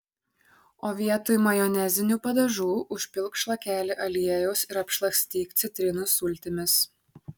o vietoj majonezinių padažų užpilk šlakelį aliejaus ir apšlakstyk citrinų sultimis